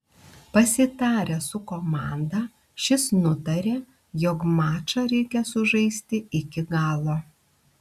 pasitaręs su komanda šis nutarė jog mačą reikia sužaisti iki galo